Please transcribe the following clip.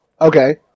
Okay